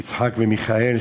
של יצחק ומיכאל,